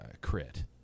crit